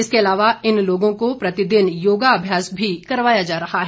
इसके अलावा इन लोगों को प्रतिदिन योगाभ्यास भी करवाया जा रहा है